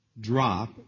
drop